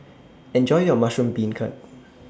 Enjoy your Mushroom Beancurd